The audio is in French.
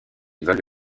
veulent